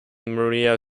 maria